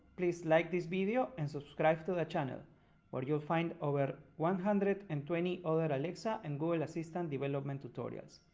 please like this video and subscribe to the channel where you'll find over one hundred and twenty other alexa and google assistant development tutorials,